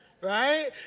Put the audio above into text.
right